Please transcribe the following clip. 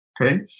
Okay